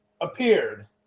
appeared